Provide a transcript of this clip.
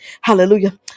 Hallelujah